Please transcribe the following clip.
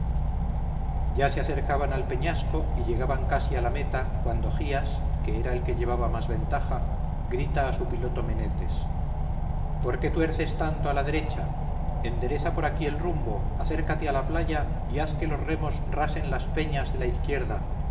ya se acercaban al peñasco y llegaban casi a la meta cuando gías que era el que llevaba más ventaja grita a su piloto menetes por qué tuerces tanto a la derecha endereza por aquí el rumbo acércate a la playa y haz que los remos rasen las peñas de la izquierda